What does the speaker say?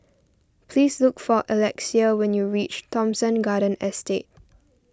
please look for Alexia when you reach Thomson Garden Estate